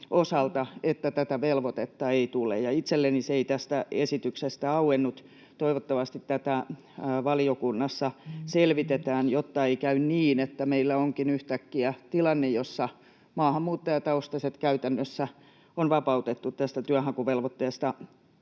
osalta, että tätä velvoitetta ei tule. Itselleni se ei tästä esityksestä auennut. Toivottavasti tätä valiokunnassa selvitetään, jotta ei käy niin, että meillä onkin yhtäkkiä tilanne, jossa maahanmuuttajataustaiset käytännössä on vapautettu tästä työnhakuvelvoitteesta